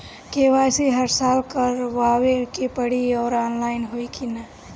KYC हर साल करवावे के पड़ी और ऑनलाइन होई की ना?